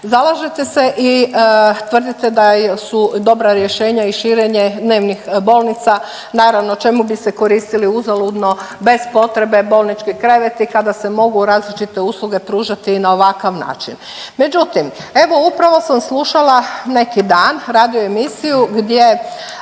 Zalažete se i tvrdite da su dobra rješenja i širenje dnevnih bolnica naravno čemu bi se koristili uzaludno bez potrebe bolnički kreveti kada se mogu različite usluge pružati i na ovakav način. Međutim, evo upravo sam slušala neki dan radio emisiju, gdje